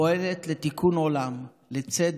פועלת לתיקון עולם, לצדק,